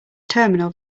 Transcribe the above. terminal